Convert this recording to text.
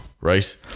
Right